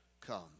come